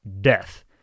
death